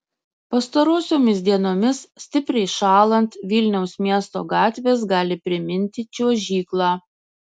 pastarosiomis dienomis stipriai šąlant vilniaus miesto gatvės gali priminti čiuožyklą